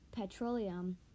petroleum